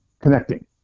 connecting